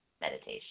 meditation